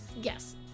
yes